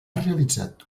realitzat